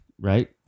Right